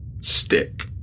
stick